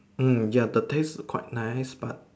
mm ya the taste quite nice but